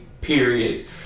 period